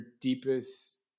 Deepest